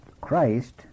Christ